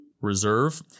reserve